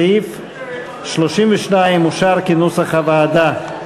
סעיף 32 אושר כנוסח הוועדה.